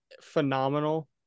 phenomenal